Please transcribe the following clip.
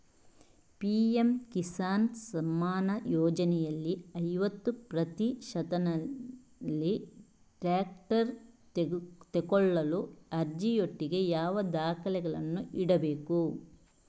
PM Kisan Samman ಯೋಜನೆಯಲ್ಲಿ ಐವತ್ತು ಪ್ರತಿಶತನಲ್ಲಿ ಟ್ರ್ಯಾಕ್ಟರ್ ತೆಕೊಳ್ಳಲು ಅರ್ಜಿಯೊಟ್ಟಿಗೆ ಯಾವ ದಾಖಲೆಗಳನ್ನು ಇಡ್ಬೇಕು?